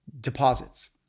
deposits